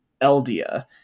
Eldia